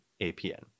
APN